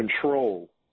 control